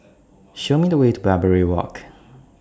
Show Me The Way to Barbary Walk